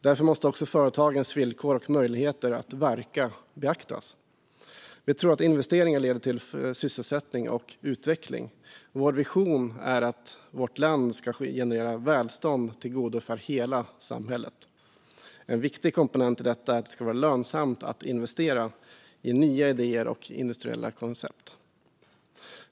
Därför måste också företagens villkor och möjligheter att verka beaktas. Vi tror att investeringar leder till sysselsättning och utveckling. Vår vision är att vårt land ska generera välstånd, till godo för hela samhället. En viktig komponent i detta är att det ska vara lönsamt att investera i nya idéer och industriella koncept.